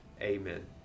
amen